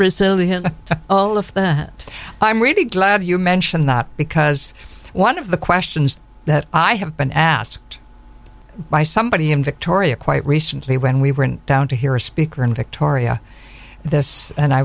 resilient to all of the i'm really glad you mentioned that because one of the questions that i have been asked by somebody in victoria quite recently when we were in town to hear a speaker in victoria this and i